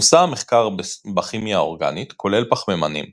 מושא המחקר בכימיה האורגנית כולל פחמימנים